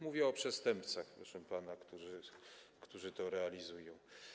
Mówię o przestępcach, proszę pana, którzy to realizują.